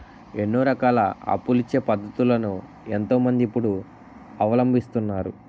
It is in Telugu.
ఎన్నో రకాల అప్పులిచ్చే పద్ధతులను ఎంతో మంది ఇప్పుడు అవలంబిస్తున్నారు